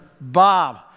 Bob